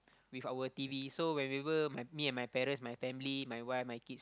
with our t_v so when we will my me my parents my family my wife my kids